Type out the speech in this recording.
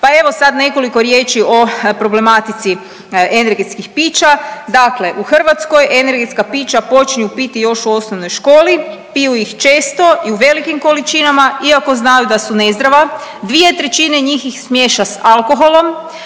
pa evo sad nekoliko riječi o problematici energetskih pića, dakle u Hrvatskoj energetska pića počinju piti još u osnovnoj školi, piju ih često i u velikim količinama iako znaju da su nezdrava, dvije trećine njih ih miješa s alkoholom.